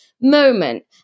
moment